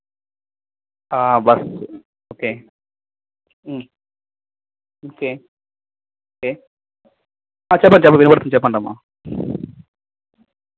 బర్ okay okay okay చెప్పండి చెప్పండి ఏ ఊరికి చెప్పండమ్మా